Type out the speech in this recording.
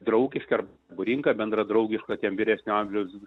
draugiški ar būdinga bendra draugiška tiems vyresnio amžiaus